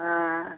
ہاں